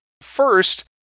First